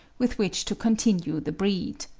with which to continue the breed.